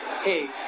Hey